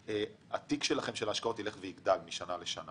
התיק שלכם של ההשקעות ילך ויגדל משנה לשנה,